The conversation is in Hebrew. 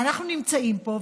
אנחנו נמצאים פה,